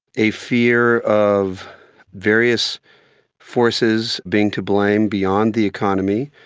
a fear of various forces being to blame beyond the economy.